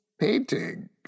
painting